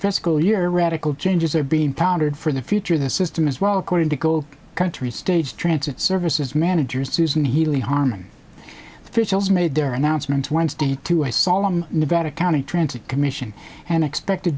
school year radical changes are being pounded for the future of the system as well according to go country stage transit services manager susan healy harman officials made their announcement wednesday to a solemn nevada county transit commission an expect